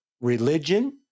religion